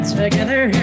together